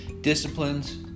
disciplines